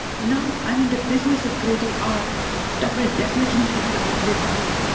now i'm in the business of creating art that will definitely even outlive me,